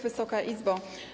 Wysoka Izbo!